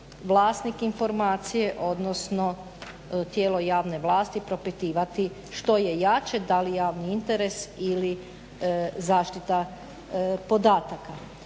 vlasnik informacije odnosno tijelo javne vlasti propitivati što je jače da li javni interes ili zaštita podataka.